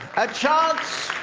a chance